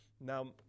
Now